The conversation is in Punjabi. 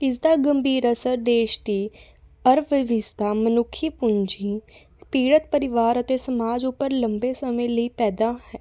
ਇਸ ਦਾ ਗੰਭੀਰ ਅਸਰ ਦੇਸ਼ ਦੀ ਅਰਥਵਿਵਸਥਾ ਮਨੁੱਖੀ ਪੂੰਜੀ ਪੀੜ੍ਹਤ ਪਰਿਵਾਰ ਅਤੇ ਸਮਾਜ ਉੱਪਰ ਲੰਬੇ ਸਮੇਂ ਲਈ ਪੈਂਦਾ ਹੈ